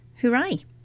hooray